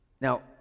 Now